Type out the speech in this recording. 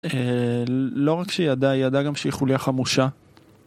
לא רק שהיא ידעה, היא ידעה גם שהיא חוליה חמושה